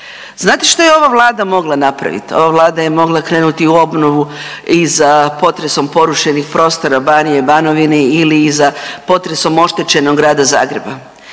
Znate što je ova Vlada mogla napraviti? Ova Vlada je mogla krenuti u obnovu i za potresom porušenih prostora Banije, Banovine ili iza potresom oštećenog Grada Zagreba,